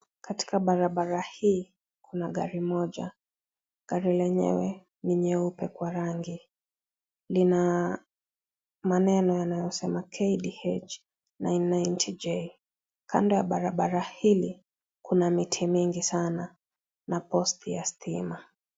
Katika barabara hii kuna gari moja. Gari lenyewe ni nyeupe kwa rangi. Lina maneno yanayosema KDH 990 J. Kando ya barabara hili, kuna miti mingi sanana posti ya stima.